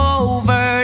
over